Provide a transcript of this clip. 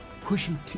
pushing